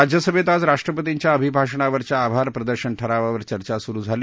राज्यसभेत आज राष्ट्रपतींच्या अभिभाषणावरच्या आभार प्रदर्शन ठरावावर चर्चा सुरू झाली